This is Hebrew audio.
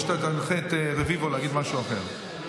או שתנחה את רביבו להגיד משהו אחר.